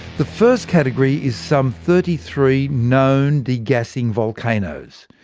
the first category is some thirty three known degassing volcanoes.